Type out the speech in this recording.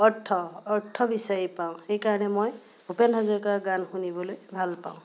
অৰ্থ অৰ্থ বিচাৰি পাওঁ সেইকাৰণে মই ভূপেন হাজৰিকাৰ গান শুনিবলৈ ভাল পাওঁ